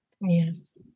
Yes